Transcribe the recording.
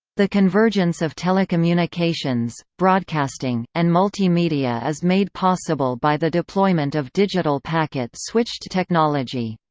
the convergence of telecommunications, broadcasting, and multimedia is made possible by the deployment of digital packet switched technology.